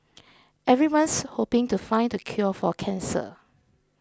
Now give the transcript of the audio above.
everyone's hoping to find the cure for cancer